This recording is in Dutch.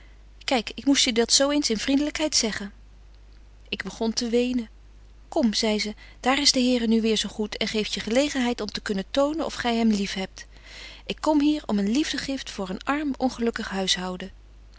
kyk ik moest je dat zo eens in vriendelykheid zeggen ik begon te wenen kom zei ze daar is de here nu weêr zo goed en geeft je gelegenheid om te kunnen tonen of gy hem lief hebt ik kom hier om een liefdegift voor een arm ongelukkig huishouden